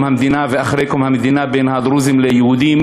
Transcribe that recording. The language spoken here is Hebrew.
המדינה ואחרי קום המדינה בין הדרוזים ליהודים.